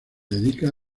dedica